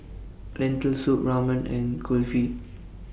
Lentil Soup Ramen and Kulfi